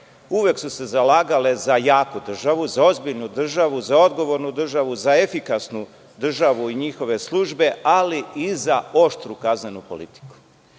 uvek su se zalagale za jaku državu, za ozbiljnu državu, za odgovornu državu, za efikasnu državu i njihove službe, ali i za oštru kaznenu politiku.